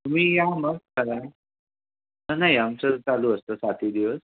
तुम्ही या मग करा नाही आमचं चालू असतं सातही दिवस